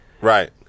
Right